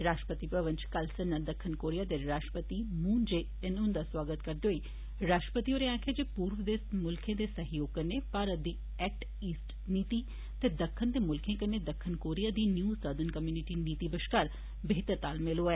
रा ट्रपति भवन च कल संजा दक्खण कोरिया दे रा ट्रपति मून जे इन हुन्दा सोआगत करदे होई श्री रा ट्रपति होरें आक्खेआ जे पूर्व दे मुल्खै दे सहयोग कन्नै भारत दी एक्ट ईस्ट नीति ते दक्खण दे मुल्खै कन्नै दक्खण कोरिया दी न्यू सर्दन कम्युनिटी नीति ब कार बेहतर तालमेल होआ